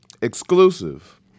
Exclusive